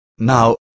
Now